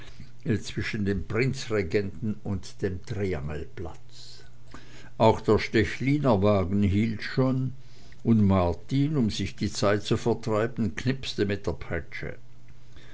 zwischen dem prinzregenten und dem triangelplatz auch der stechliner wagen hielt schon und martin um sich die zeit zu vertreiben knipste mit der peitsche